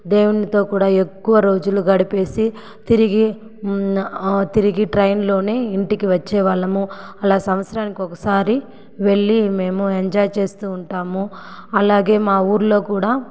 దేవునితో కూడా ఎక్కువ రోజులు గడిపేసి తిరిగి ట్రైన్లోనే ఇంటికి వచ్చేవాళ్ళము అలా సంవత్సరానికి ఒకసారి వెళ్ళి మేము ఎంజాయ్ చేస్తు ఉంటాము అలాగే మా ఊళ్ళో కూడా